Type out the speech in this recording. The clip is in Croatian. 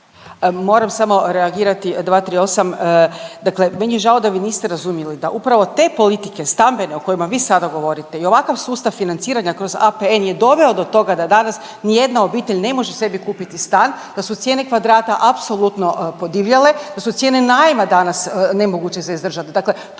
Moram samo reagirati 238., dakle meni je žao da vi niste razumjeli da upravo te politike stambene o kojima vi sada govorite i ovakav sustav financiranja kroz sustav APN je doveo do toga da danas ni jedna obitelj ne može sebi kupiti stan, da su cijene kvadrata apsolutno podivljale, da su cijene najma danas nemoguće za izdržat.